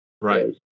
Right